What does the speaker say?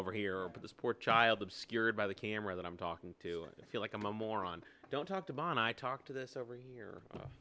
over here but this poor child obscured by the camera that i'm talking to feel like i'm a moron i don't talk to a man i talk to this over here